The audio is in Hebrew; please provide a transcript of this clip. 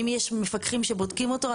אם יש מפקחים שבודקים אותו,